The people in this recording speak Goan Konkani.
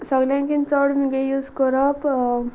सगल्यांकीन चड म्हगे यूज करप